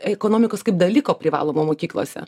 ekonomikos kaip dalyko privalomo mokyklose